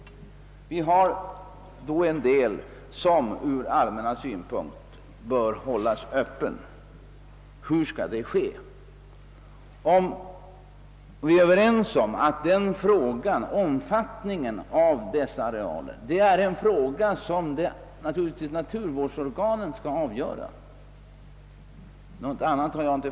En del av den bör dock ur det allmännas synpunkt hållas öppen. Vi är vidare överens om att omfattningen av de olika typerna av arealer naturligtvis är en fråga, som skall avgöras av naturvårdsorganen.